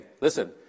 listen